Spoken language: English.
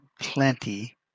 plenty